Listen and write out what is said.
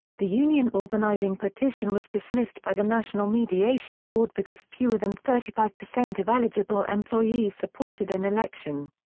the union organizing petition was dismissed by the national mediation board because fewer than thirty five percent of eligible employees supported an election.